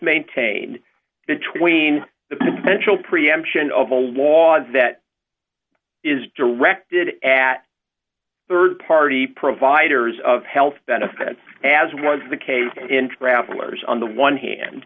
maintained between the potential preemption of a law that is directed at rd party providers of health benefits as was the case in travelers on the one hand